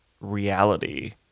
reality